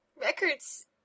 records